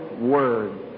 word